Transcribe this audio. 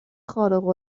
خارق